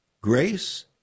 grace